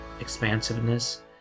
expansiveness